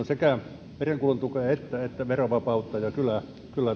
sekä merenkulun tukea että verovapautta ja kyllä